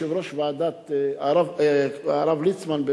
הרב ליצמן,